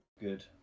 Good